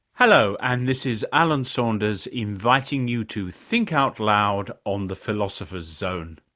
hello, and this is alan saunders inviting you to think out loud on the philosopher's zone.